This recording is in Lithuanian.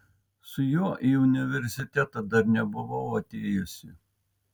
su juo į universitetą dar nebuvau atėjusi